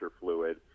fluid